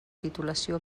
titulació